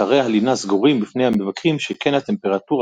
אתרי הלינה סגורים בפני המבקרים שכן הטמפרטורה